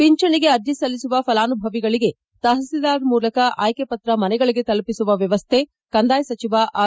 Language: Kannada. ಪಿಂಚಣಿಗೆ ಅರ್ಜಿ ಸಲ್ಲಿಸುವ ಫಲಾನುಭವಿಗಳಿಗೆ ತಹಸೀಲ್ದಾರ್ ಮೂಲಕ ಆಯ್ಕೆ ಪತ್ರ ಮನೆಗಳಿಗೆ ತಲುಪಿಸುವ ವ್ಯವಸ್ಥೆ ಕಂದಾಯ ಸಚಿವ ಆರ್